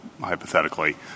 hypothetically